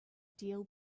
deal